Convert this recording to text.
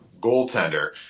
goaltender